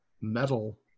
metal